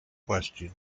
question